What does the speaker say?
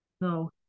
no